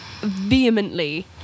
vehemently